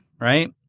Right